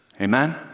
amen